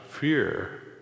fear